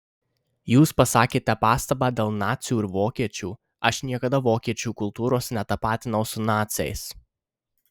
jūs pasakėte pastabą dėl nacių ir vokiečių aš niekada vokiečių kultūros netapatinau su naciais